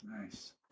Nice